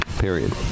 period